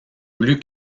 voulu